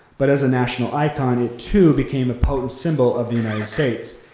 but as a national icon, it too became a potent symbol of the united states.